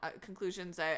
conclusions